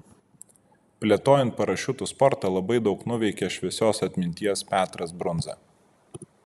plėtojant parašiutų sportą labai daug nuveikė šviesios atminties petras brundza